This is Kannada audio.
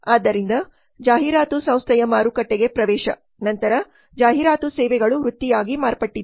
ಆದ್ದರಿಂದ ಜಾಹೀರಾತು ಸಂಸ್ಥೆಯ ಮಾರುಕಟ್ಟೆಗೆ ಪ್ರವೇಶ ನಂತರ ಜಾಹೀರಾತು ಸೇವೆಗಳು ವೃತ್ತಿಯಾಗಿ ಮಾರ್ಪಟ್ಟಿದೆ